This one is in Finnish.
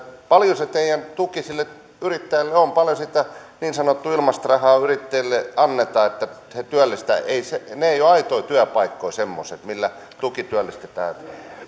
paljonko se teidän tukenne sille yrittäjälle on paljonko sitä niin sanottua ilmaista rahaa yrittäjille annetaan että he työllistävät ne eivät ole aitoja työpaikkoja semmoiset millä tukityöllistetään